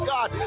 God